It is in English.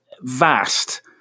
vast